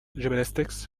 gymnastics